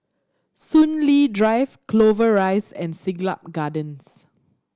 Soon Lee Drive Clover Rise and Siglap Gardens